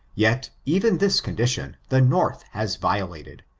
yet even this condition the north has violated,